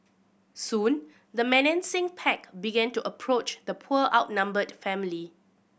soon the menacing pack began to approach the poor outnumbered family